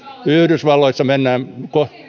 yhdysvalloissa mennään